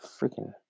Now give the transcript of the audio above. freaking